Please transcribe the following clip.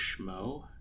Schmo